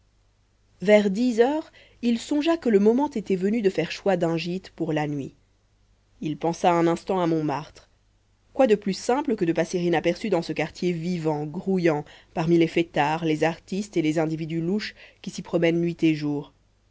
vers dix heures il songea que le moment était venu de faire choix d'un gîte pour la nuit il pensa un instant à montmartre quoi de plus simple que de passer inaperçu dans ce quartier vivant grouillant parmi les fêtards les artistes et les individus louches qui s'y promènent nuit et jour